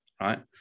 Right